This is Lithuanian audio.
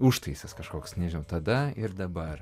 užtaisas kažkoks nežinau tada ir dabar